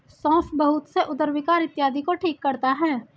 सौंफ बहुत से उदर विकार इत्यादि को ठीक करता है